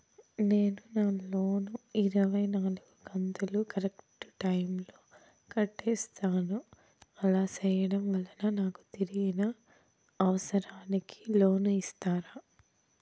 నేను నా లోను ఇరవై నాలుగు కంతులు కరెక్టు టైము లో కట్టేసాను, అలా సేయడం వలన నాకు తిరిగి నా అవసరానికి లోను ఇస్తారా?